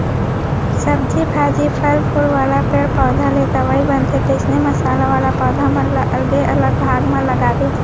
सब्जी भाजी, फर फूल वाला पेड़ पउधा ले दवई बनथे, तइसने मसाला वाला पौधा मन ल अलगे अलग भाग म लगाबे